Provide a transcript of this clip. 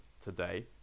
today